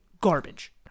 garbage